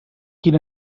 quin